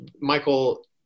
Michael